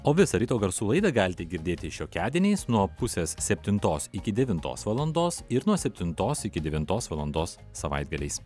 o visą ryto garsų laidą galite girdėti šiokiadieniais nuo pusės septintos iki devintos valandos ir nuo septintos iki devintos valandos savaitgaliais